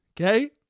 Okay